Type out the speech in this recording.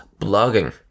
blogging